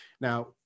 Now